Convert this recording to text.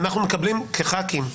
שאנחנו כחברי כנסת,